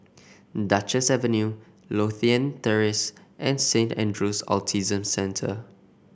Duchess Avenue Lothian Terrace and Saint Andrew's Autism Centre